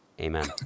amen